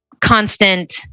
constant